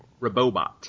Robobot